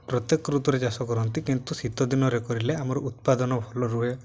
ପ୍ରତ୍ୟେକ ଋତୁରେ ଚାଷ କରନ୍ତି କିନ୍ତୁ ଶୀତ ଦିନରେ କରିଲେ ଆମର ଉତ୍ପାଦନ ଭଲ ରୁହେ